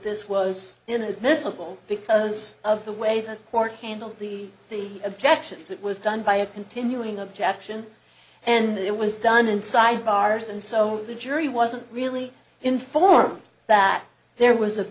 this was inadmissible because of the way the court handled the the objection that was done by a continuing objection and it was done inside bars and so the jury wasn't really informed back there was a